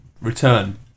return